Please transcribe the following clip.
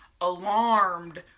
alarmed